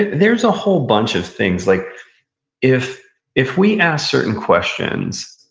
there's a whole bunch of things. like if if we ask certain questions,